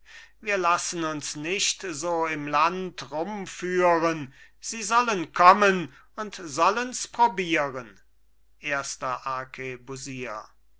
wir lassen uns nicht so im land rum führen sie sollen kommen und sollens probieren erster